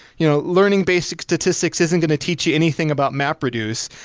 you know learning basic statistics isn't going to teach you anything about map reduce,